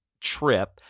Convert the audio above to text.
trip